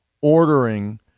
Ordering